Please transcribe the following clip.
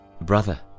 brother